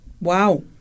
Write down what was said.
Wow